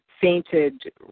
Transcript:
fainted